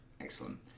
excellent